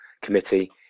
Committee